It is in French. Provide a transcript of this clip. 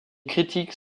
critiques